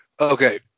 Okay